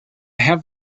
have